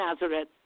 Nazareth